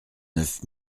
neuf